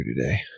today